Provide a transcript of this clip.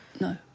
no